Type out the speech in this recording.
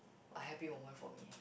a happy moment for me